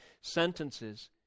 sentences